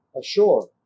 ashore